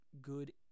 good